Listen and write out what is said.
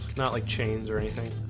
not like chains or anything